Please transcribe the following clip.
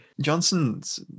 Johnson's